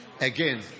again